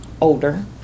older